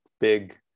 big